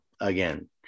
again